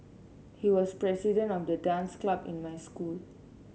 he was the president of the dance club in my school